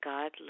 God